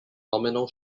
nominal